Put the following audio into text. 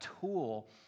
tool